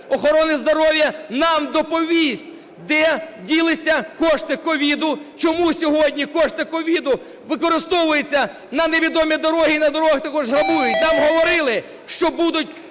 охорони здоров'я нам доповість, де ділися кошти COVID. Чому сьогодні кошти COVID використовуються на невідомі дороги і на дорогах також грабують? Нам говорили, що будуть